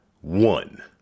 one